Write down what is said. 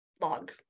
log